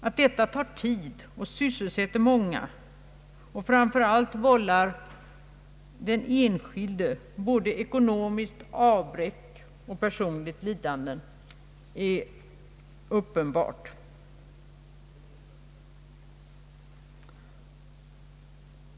Att detta tar tid och sysselsätter många och framför allt vållar den enskilde både ekonomiskt avbräck och personliga lidanden är uppenbart.